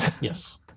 Yes